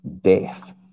death